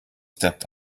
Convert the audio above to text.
stepped